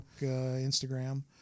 Instagram